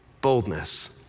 boldness